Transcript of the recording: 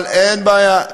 כשאין מפלגה, אין בעיה,